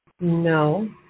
No